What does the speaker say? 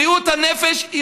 בריאות הנפש,